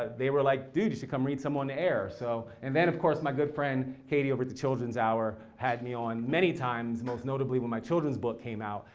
they were like dude you should come read some on the air. so and then of course, my good friend katie over at the children's hour had me on many times, most notably when my children's book came out.